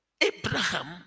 Abraham